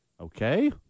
Okay